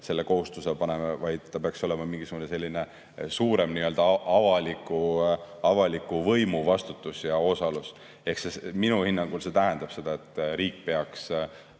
selle kohustuse paneme. See peaks olema mingisugune suurem nii-öelda avaliku võimu vastutus ja osalus. Minu hinnangul see tähendab seda, et riik peaks